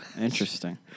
Interesting